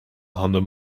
handen